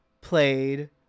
played